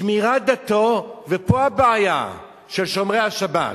"שמירת דתו" ופה הבעיה של שומרי השבת.